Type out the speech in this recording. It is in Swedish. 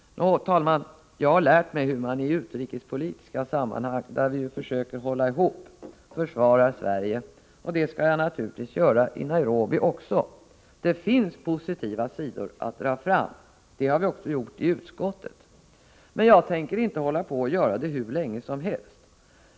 Nå, herr talman, jag har lärt mig hur man i utrikespolitiska sammanhang — där vi försöker hålla ihop — försvarar Sverige, och det skall jag naturligtvis göra i Nairobi också. Det finns positiva sidor att dra fram, det har vi också gjort i utskottet. Men jag tänker inte göra det hur länge som helst.